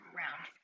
round